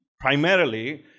primarily